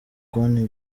konti